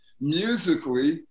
musically